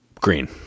green